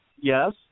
Yes